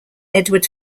edward